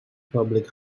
public